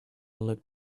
looked